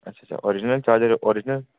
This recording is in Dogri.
अच्छा अच्छा ओरिजिनल चार्जर ओरिजिनल